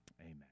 Amen